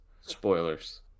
spoilers